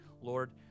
Lord